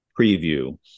preview